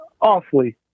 Awfully